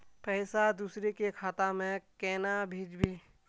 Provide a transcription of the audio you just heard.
पैसा दूसरे के खाता में केना भेजबे?